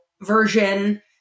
version